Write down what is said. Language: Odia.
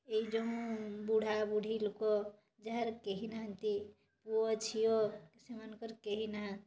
ଏଇ ଯୋଉ ବୁଢ଼ା ବୁଢ଼ୀ ଲୋକ ଯାହାର କେହି ନାହାନ୍ତି ପୁଅ ଝିଅ ସେମାନଙ୍କର କେହି ନାହାନ୍ତି